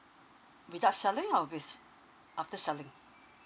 without selling or with after selling